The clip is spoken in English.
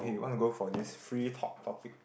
want to go for this free talk topic